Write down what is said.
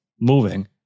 moving